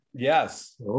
Yes